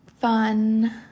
fun